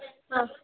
ஆ